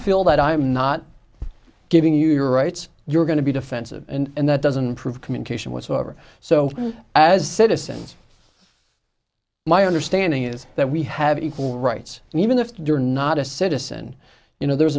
feel that i'm not giving you your rights you're going to be defensive and that doesn't prove communication whatsoever so as citizens my understanding is that we have equal rights and even if you're not a citizen you know there